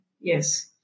Yes